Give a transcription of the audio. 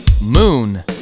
moon